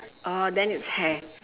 oh then it's hair